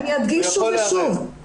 אני אדגיש שוב ושוב,